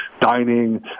dining